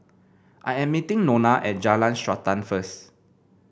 I am meeting Nona at Jalan Srantan first